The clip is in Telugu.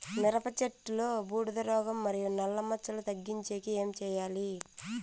మిరప చెట్టులో బూడిద రోగం మరియు నల్ల మచ్చలు తగ్గించేకి ఏమి చేయాలి?